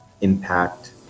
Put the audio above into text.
impact